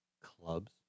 clubs